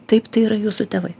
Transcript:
taip tai yra jūsų tėvai